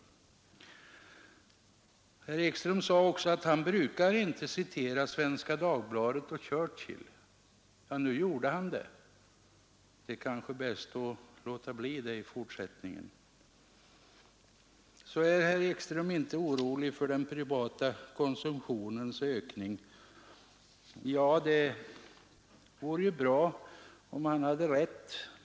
Herr Ekström sade att han inte brukar citera Svenska Dagbladet och Churchill. Nu gjorde han det i alla fall — det är kanske bäst att låta bli det Herr Ekström är inte orolig för en ökning av den privata konsumtionen. Det vore bra om han hade rätt.